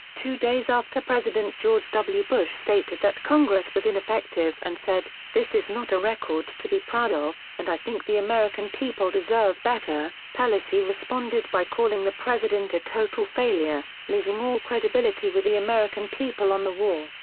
two days after president george w. bush stated that congress was ineffective and said, this is not a record to be proud of, and i think the american people deserve better, pelosi responded by calling the president a total failure, losing all credibility with the american people on the war,